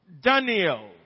Daniel